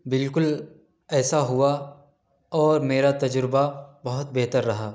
بالکل ایسا ہوا اور میرا تجربہ بہت بہتر رہا